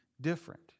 different